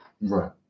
right